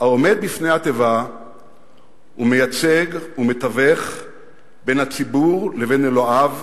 העומד לפני התיבה ומייצג ומתווך בין הציבור לבין אלוהיו